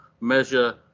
measure